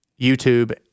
YouTube